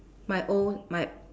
my own my